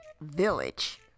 Village